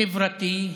חברתי,